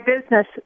business